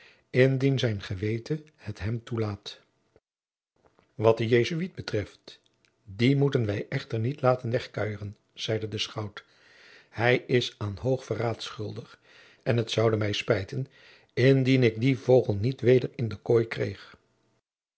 indien zijn geweten het hem toelaat wat den jesuit betreft dien moeten wij echter niet laten wegkuieren zeide de schout hij is aan hoog verraad schuldig en het zoude mij spijten indien ik dien vogel niet weder in de kooi kreeg